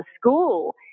school